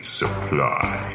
supply